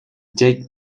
jake